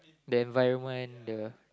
the environment the